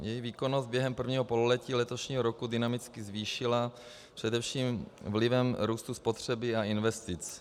Její výkonnost se během 1. pololetí letošního roku dynamicky zvýšila především vlivem růstu spotřeby a investic.